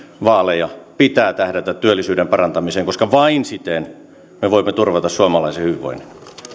vaaleja pitää tähdätä työllisyyden parantamiseen koska vain siten me voimme turvata suomalaisen hyvinvoinnin